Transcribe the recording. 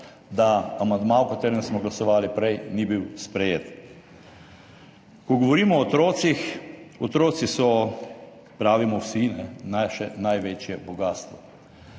da amandma, o katerem smo glasovali prej, ni bil sprejet. Ko govorimo o otrocih, otroci so, pravimo vsi, naše največje bogastvo.